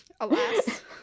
Alas